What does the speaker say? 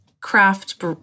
craft